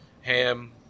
ham